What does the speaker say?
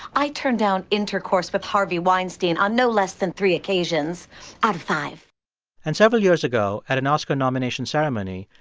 i turned down intercourse with harvey weinstein on no less than three occasions out of five and several years ago, at an oscar nomination ceremony,